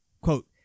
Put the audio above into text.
quote